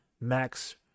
Max